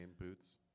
Boots